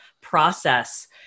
process